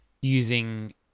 using